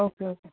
okay okay